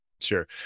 Sure